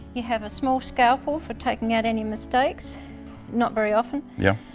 you have a small scalpel for taking out any mistakes not very often. yeah.